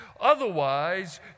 Otherwise